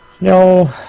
No